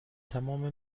تمام